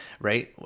right